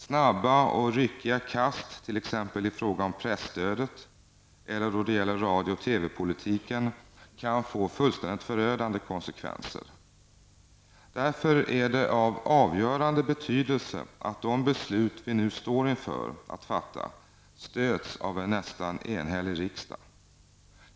Snabba och ryckiga kast, t.ex. i fråga om presstödet eller då det gäller radio och TV-politiken, kan få fullständigt förödande konsekvenser. Därför är det av avgörande betydelse att de beslut som vi nu står inför att fatta stöds av en nästan enhällig riksdag.